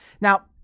Now